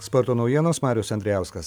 sporto naujienos marius andrijauskas